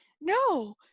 no